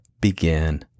begin